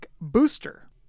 Booster